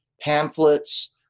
pamphlets